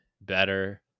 better